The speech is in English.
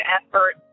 effort